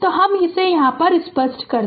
तो हम इसे स्पष्ट कर दे